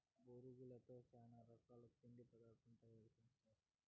బొరుగులతో చానా రకాల తిండి పదార్థాలు తయారు సేస్తారు